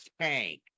tank